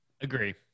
Agree